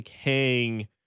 hang